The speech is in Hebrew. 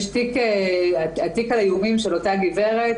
התיק על האיומים של אותה גברת,